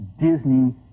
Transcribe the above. Disney